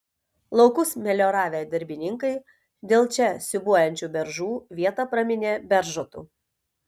laukus melioravę darbininkai dėl čia siūbuojančių beržų vietą praminė beržotu